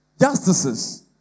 justices